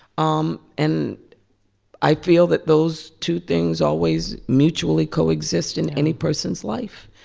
um and i feel that those two things always mutually coexist in any person's life.